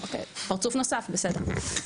פרצוף נוסף, בסדר.